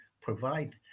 provide